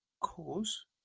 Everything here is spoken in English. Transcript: cause